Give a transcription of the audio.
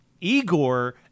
Igor